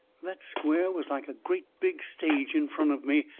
that square was like a great big stage in front of me,